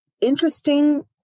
interesting